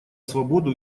свободу